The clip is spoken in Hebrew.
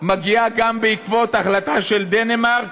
זאת מגיעה גם בעקבות החלטה של דנמרק,